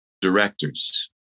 directors